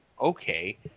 Okay